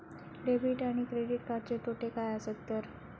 Debit आणि credit कार्डचे तोटे काय आसत तर?